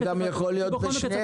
זה גם יכול להיות בשניהם.